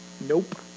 Nope